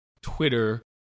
Twitter